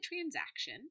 transaction